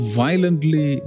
violently